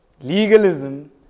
Legalism